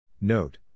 Note